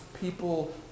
people